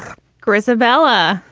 kooris, avella,